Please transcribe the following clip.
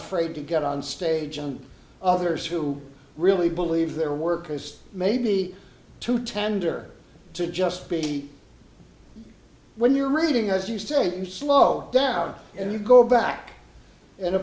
afraid to get on stage and others who really believe their work is maybe too tender to just be when you're reading as you say you slow down and you go back